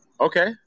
Okay